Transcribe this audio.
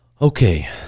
okay